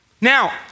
Now